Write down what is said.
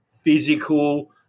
physical